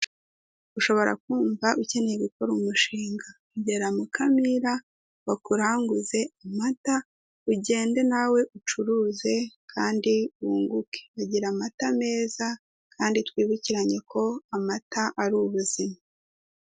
Ushobora kumva ukeneye gukora umushinga, egera MUKAMIRA bakuranguze amata ugende nawe ucuruze kandi wunguke. Bagira amata meza, kandi twibukiranye ko amata ari ubuzima.